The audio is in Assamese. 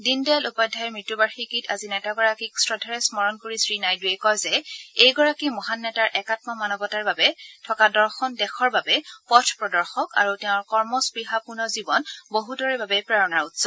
দীনদয়াল উপাধ্যায় মৃত্যুবাৰ্ষিকীত আজি নেতাগৰাকীক শ্ৰদ্ধাৰে স্মৰণ কৰি শ্ৰীনাইড়ুৱে কয় যে এইগৰাকী মহান নেতাৰ একাম মানৱতাৰ বাবে থকা দৰ্শন দেশৰ বাবে পথপ্ৰদৰ্শক আৰু তেওঁৰ কৰ্মস্পৃহাপূৰ্ণ জীৱন বহুতৰে বাবে প্ৰেৰণাৰ উৎস